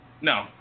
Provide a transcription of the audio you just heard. No